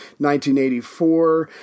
1984